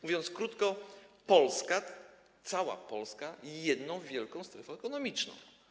Mówiąc krótko, Polska, cała Polska jedną wielką strefą ekonomiczną.